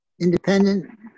independent